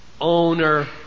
owner